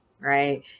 right